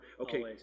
okay